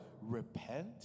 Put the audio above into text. repent